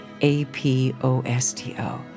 A-P-O-S-T-O